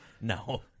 No